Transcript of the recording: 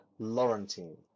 Laurentine